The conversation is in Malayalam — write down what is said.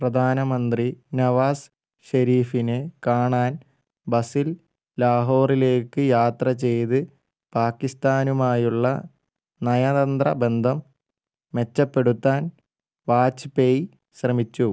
പ്രധാനമന്ത്രി നവാസ് ഷെരീഫിനെ കാണാൻ ബസ്സിൽ ലാഹോറിലേക്ക് യാത്രചെയ്ത് പാക്കിസ്ഥാനുമായുള്ള നയതന്ത്ര ബന്ധം മെച്ചപ്പെടുത്താൻ വാജ്പേയി ശ്രമിച്ചു